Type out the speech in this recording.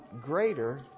greater